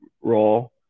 role